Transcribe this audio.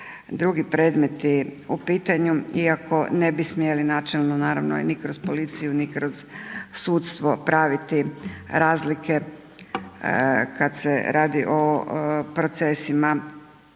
drugi predmeti u pitanju iako ne bi smjeli načelno naravno ni kroz policiju ni kroz sudstvo praviti razlike kad se radi o procesima